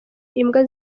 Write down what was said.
imbwa